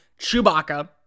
Chewbacca